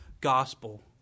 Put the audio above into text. gospel